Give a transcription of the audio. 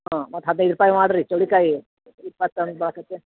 ಹಾಂ ಮತ್ತು ಹದಿನೈದು ರೂಪಾಯಿ ಮಾಡಿರಿ ಚೌಳಿಕಾಯಿ ಇಪ್ಪತ್ತು ಹಂಗೆ ಭಾಳ ಆಕತ್ತಿ